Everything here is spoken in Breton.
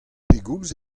pegoulz